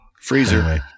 Freezer